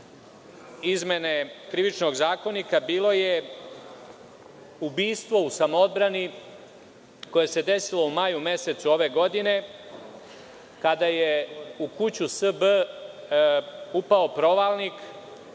izmene Krivičnog zakonika bilo je ubistvo u samoodbrani koje se desilo u maju mesecu ove godine, kada je u kuću S.B. upao provalnik,